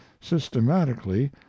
systematically